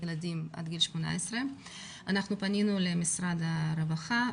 ילדים עד גיל 18. פנינו למשרד הרווחה,